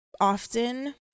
often